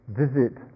visit